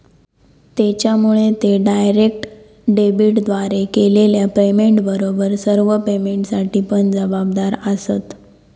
त्येच्यामुळे ते डायरेक्ट डेबिटद्वारे केलेल्या पेमेंटबरोबर सर्व पेमेंटसाठी पण जबाबदार आसंत